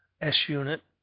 S-unit